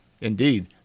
Indeed